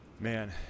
Man